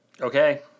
Okay